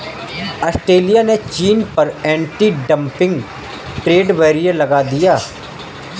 Australia ने चीन पर एंटी डंपिंग ट्रेड बैरियर लगा दिया